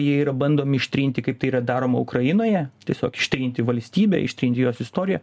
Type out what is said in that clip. jie yra bandomi ištrinti kaip tai yra daroma ukrainoje tiesiog ištrinti valstybę ištrinti jos istoriją